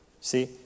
See